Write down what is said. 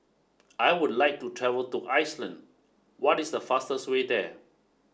I would like to travel to Iceland what is the fastest way there